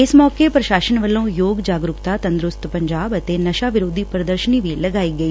ਇਸ ਮੌਕੇ ਪ੍ਰਸ਼ਾਸਨ ਵੱਲੋਂ ਯੋਗ ਜਾਗਰੁਕਤਾ ਤੰਦਰੁਸਤ ਪੰਜਾਬ ਅਤੇ ਨਸ਼ਾ ਵਿਰੋਧੀ ਪ੍ਰਦਰਸ਼ਨੀ ਵੀ ਲਗਾਈ ਗਈ